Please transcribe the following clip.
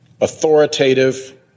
authoritative